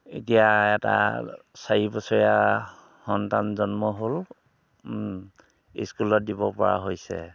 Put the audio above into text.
এতিয়া এটা চাৰিবছৰীয়া সন্তান জন্ম হ'ল স্কুলত দিব পৰা হৈছে